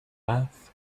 laugh